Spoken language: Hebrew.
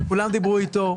כולם דיברו איתו.